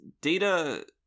Data